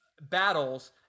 battles